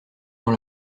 dans